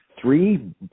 Three